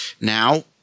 Now